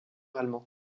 allemand